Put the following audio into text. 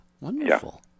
wonderful